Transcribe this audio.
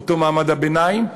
אותו מעמד הביניים,